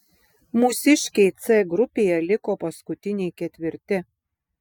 mūsiškiai c grupėje liko paskutiniai ketvirti